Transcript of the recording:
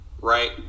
right